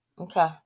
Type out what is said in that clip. okay